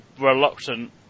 reluctant